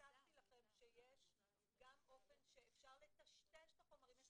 יש גם אופן שאפשר לטשטש את החומרים.